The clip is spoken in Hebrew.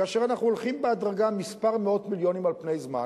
כאשר אנחנו הולכים בהדרגה על מספר מאות מיליונים על פני זמן,